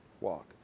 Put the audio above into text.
walk